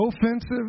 offensive